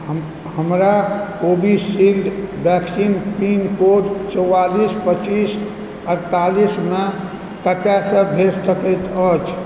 हमरा Covishield vaccine pin code चौआलिस पच्चीस अठतालीसमे कतयसँ भेट सकैत अछि